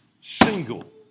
single